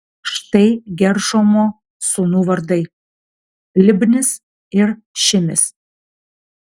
štai geršomo sūnų vardai libnis ir šimis